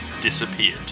disappeared